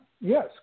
Yes